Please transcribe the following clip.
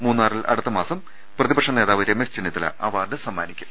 മൂന്നാറിൽ അടുത്തമാസം പ്രതി പക്ഷ നേതാവ് രമേശ് ചെന്നിത്തല അവാർഡ് സമ്മാനിക്കും